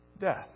death